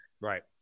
Right